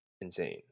insane